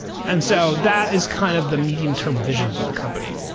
and so that is kind of the medium-term vision for the company.